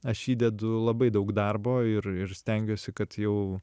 aš įdedu labai daug darbo ir ir stengiuosi kad jau